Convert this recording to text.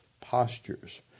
postures